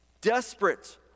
Desperate